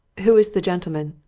who is the gentleman?